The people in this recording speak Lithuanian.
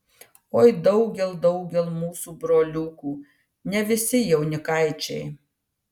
oi daugel daugel mūsų broliukų ne visi jaunikaičiai